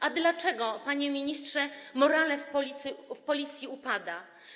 A dlaczego, panie ministrze, morale w Policji upada?